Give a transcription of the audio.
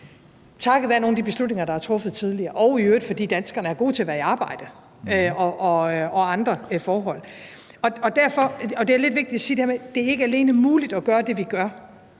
takket være nogle af de beslutninger, der er truffet tidligere, og i øvrigt fordi danskerne er gode til at være i arbejde, og andre forhold. Derfor er det lidt vigtigt at sige det her med, at det ikke alene er muligt at gøre det, vi gør,